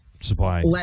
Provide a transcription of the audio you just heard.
Supply